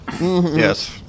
Yes